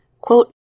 quote